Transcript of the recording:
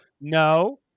no